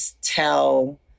tell